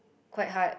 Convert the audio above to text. quite hard